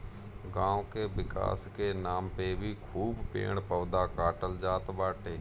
गांव के विकास के नाम पे भी खूब पेड़ पौधा काटल जात बाटे